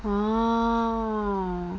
oh